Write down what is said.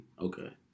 Okay